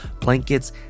blankets